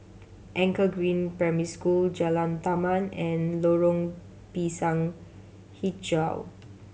Anchor Green Primary School Jalan Taman and Lorong Pisang Hijau